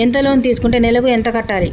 ఎంత లోన్ తీసుకుంటే నెలకు ఎంత కట్టాలి?